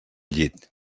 llit